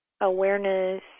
awareness